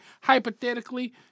hypothetically